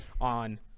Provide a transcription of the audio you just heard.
on